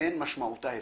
אין משמעותה הפקר.